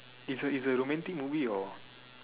it's a it's a romantic movie or